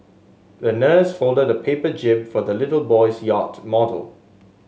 the nurse folded a paper jib for the little boy's yacht model